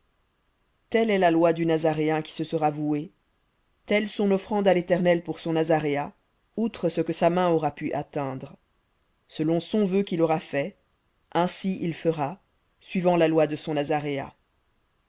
telle est la loi du nazaréen qui se sera voué son offrande à l'éternel pour son nazaréat outre ce que sa main aura pu atteindre selon son vœu qu'il aura fait ainsi il fera suivant la loi de son